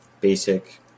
basic